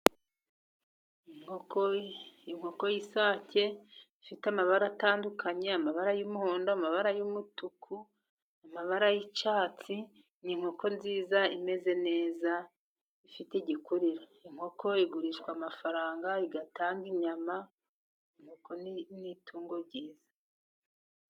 Inkoko y'isake ifite amabara atandukanye amabara y'umuhondo, amabara y'umutuku, amabara y'icyatsi, n'inkoko nziza imeze neza ifite igikuriro. Inkoko igurishwa amafaranga igatanga inyama, inkoko n'itungo ryiza.